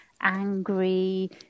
angry